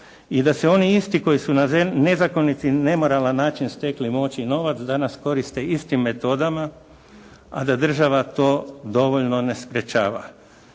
i da se oni isti koji su na nezakonit i nemoralan način stekli moć i novac danas koriste istim metodama a da država to dovoljno ne sprečava.